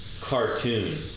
cartoon